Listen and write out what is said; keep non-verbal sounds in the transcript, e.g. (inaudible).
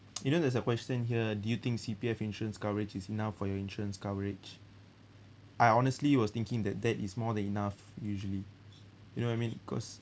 (noise) you know there's a question here do you think C_P_F insurance coverage is enough for your insurance coverage I honestly was thinking that that is more than enough usually you know what I mean cause